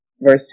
Verse